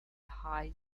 high